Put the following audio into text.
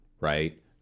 right